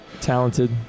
talented